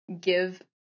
give